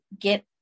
get